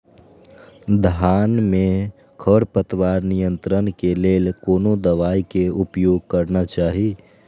धान में खरपतवार नियंत्रण के लेल कोनो दवाई के उपयोग करना चाही?